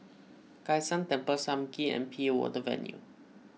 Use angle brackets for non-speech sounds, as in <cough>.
Kai San Temple Sam Kee and P A Water Venture <noise>